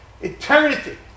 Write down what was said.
ETERNITY